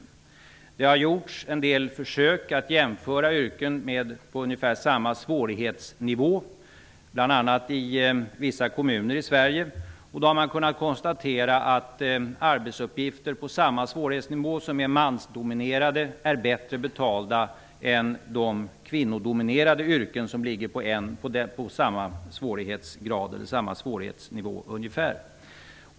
Det har bl.a. i vissa kommuner i Sverige gjorts en del försök att jämföra yrken på ungefär samma svårighetsnivå, och man har då kunnat konstatera att arbetsuppgifter som ligger på samma svårighetsnivå men som är mansdominerade är bättre betalda än de kvinnodominerade yrken som ligger på ungefär samma svårighetsnivå.